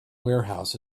warehouse